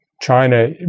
China